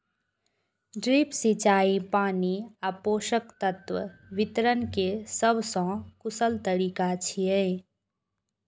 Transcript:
drip सिंचाई पानि आ पोषक तत्व वितरण के सबसं कुशल तरीका छियै